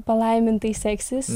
palaimintai seksis